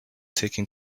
taken